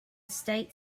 state